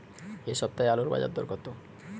এ সপ্তাহে আলুর বাজার দর কত?